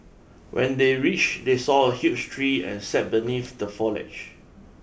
when they reached they saw a huge tree and sat beneath the foliage